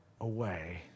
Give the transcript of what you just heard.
away